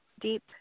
deep